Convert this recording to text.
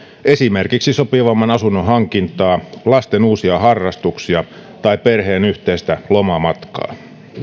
esimerkiksi sopivamman asunnon hankintaa lasten uusia harrastuksia tai perheen yhteistä lomamatkaa